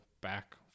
back